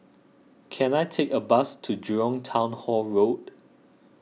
can I take a bus to Jurong Town Hall Road